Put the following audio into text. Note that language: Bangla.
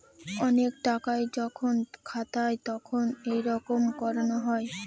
অনেক টাকা যখন খাতায় তখন এইরকম করানো হয়